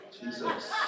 Jesus